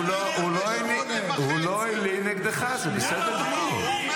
הוא לא העליל נגדך, זה בסדר גמור.